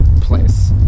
place